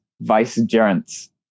vicegerents